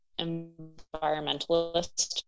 environmentalist